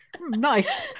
nice